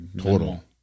total